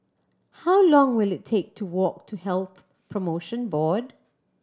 how long will it take to walk to Health Promotion Board